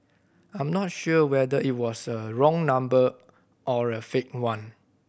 I'm not sure whether it was the wrong number or a fake one